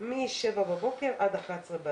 מ-7:00 בבוקר עד 11:00 בלילה,